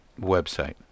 website